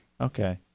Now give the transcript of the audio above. Okay